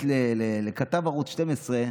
לכתב ערוץ 12,